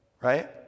right